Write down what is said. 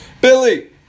Billy